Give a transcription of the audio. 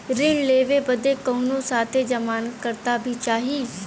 ऋण लेवे बदे कउनो साथे जमानत करता भी चहिए?